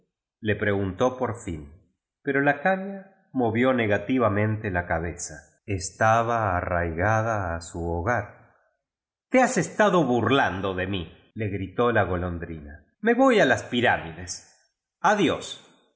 conmigo preguntó por íjn pero la caña movió negativamente la cabeza estaba arraigada a au hogar te has estado bur lando de mi je gritó a golondrina me voy a las pirámides jadiós